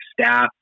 staff